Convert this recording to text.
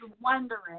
wondering